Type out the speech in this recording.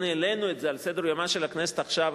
העלינו את זה על סדר-יומה של הכנסת עכשיו,